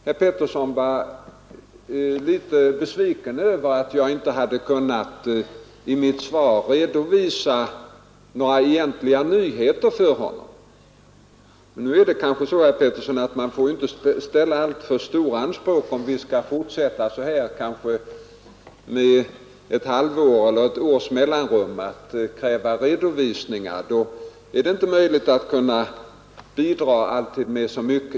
Herr Petersson i Gäddvik var litet besviken över att jag i mitt svar inte kunnat redovisa några egentliga nyheter för honom. Man får kanske inte, herr Petersson, ställa alltför stora anspråk. Om vi skall fortsätta att med ett halvt eller ett års mellanrum kräva redovisningar är det inte möjligt att alltid bidraga med så mycket nytt.